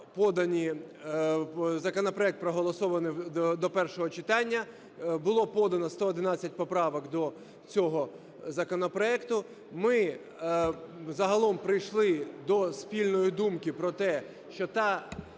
законопроект, проголосований до першого читання, було подано 111 поправок до цього законопроекту. Ми загалом прийшли до спільної думки про те, що ті